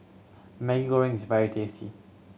Maggi Goreng is very tasty